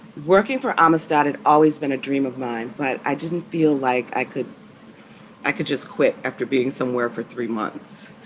working for amistad had always been a dream of mine, but i didn't feel like i could i could just quit after being somewhere for three months.